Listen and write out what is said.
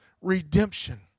redemption